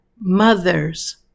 mothers